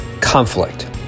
conflict